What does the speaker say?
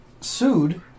sued